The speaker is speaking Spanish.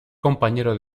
compañero